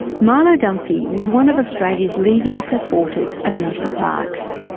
milo dunphy was one of australia leading supporters of national parks.